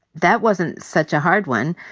that wasn't such a hard one.